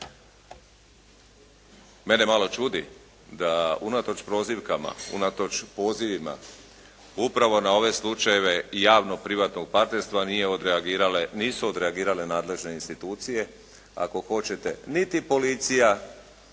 mene malo čudi da unatoč prozivkama, unatoč pozivima upravo na ove slučajeve javno privatnog partnerstva nisu odreagirale nadležne institucije, ako hoćete niti policija,